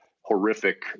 horrific